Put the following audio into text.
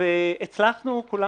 אני מספיק הגון כדי להודות בכך.